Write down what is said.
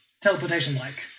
Teleportation-like